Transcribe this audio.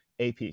AP